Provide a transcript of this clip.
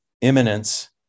imminence